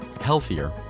healthier